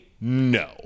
no